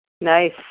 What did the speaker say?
Nice